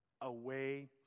away